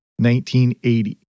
1980